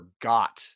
forgot